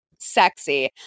Sexy